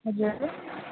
हजुर